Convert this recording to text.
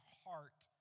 heart